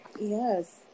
Yes